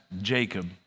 Jacob